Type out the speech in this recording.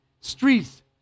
streets